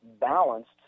balanced